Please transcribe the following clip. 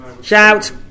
shout